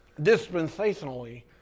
dispensationally